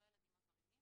הם לא ילדים עבריינים,